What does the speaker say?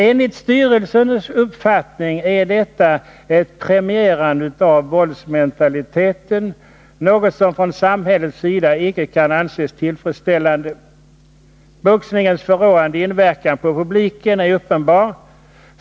Enligt styrelsens uppfattning är detta ett premierande av våldsmentaliteten, något som från samhällets sida icke kan anses tillfredsställande. Boxningens förråande inverkan på publiken är uppenbar.